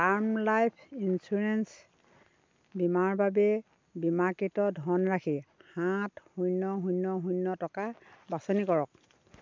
term life insurance বীমাৰ বাবে বীমাকৃত ধনৰাশি সাত শূন্য শূন্য শূন্য টকা বাছনি কৰক